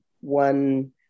one